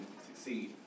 succeed